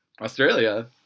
Australia